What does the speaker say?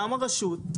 גם הרשות,